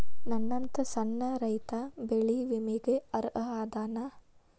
ನನ್ನಂತ ಸಣ್ಣ ರೈತಾ ಬೆಳಿ ವಿಮೆಗೆ ಅರ್ಹ ಅದನಾ?